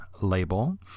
label